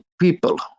people